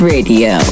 Radio